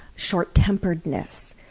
short-temperedness.